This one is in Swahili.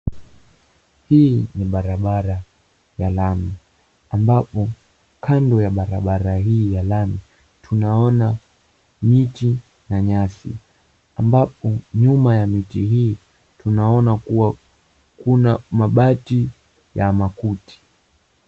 Hii ni barabara ya lami. Ambapo kando ya barabara hii ya lami tunaona miti na nyasi. Ambapo nyuma ya miti hii tunaona kuwa kuna mabati ya makuti.